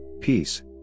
peace